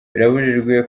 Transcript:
birabujijwe